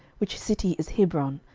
which city is hebron,